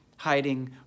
Hiding